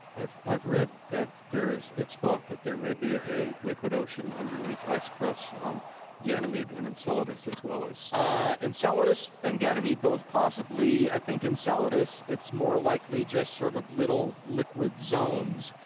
i've i've read that there is, it's thought that there may be a liquid ocean underneath ice crusts on ganymede and enceladus as well. enceladus and ganymede both possibly, i think enceladus it's more likely just sort of little liquid zones.